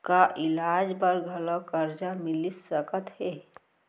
का इलाज बर घलव करजा मिलिस सकत हे?